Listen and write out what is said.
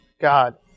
God